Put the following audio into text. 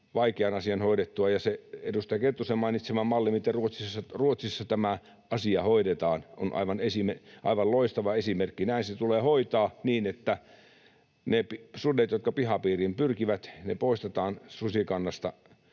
vaikean asian hoidettua. Ja se edustaja Kettusen mainitsema malli, miten Ruotsissa tämä asia hoidetaan, on aivan loistava esimerkki. Näin se tulee hoitaa, niin että ne sudet, jotka pihapiiriin pyrkivät, poistetaan susikannasta.